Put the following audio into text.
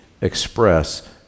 express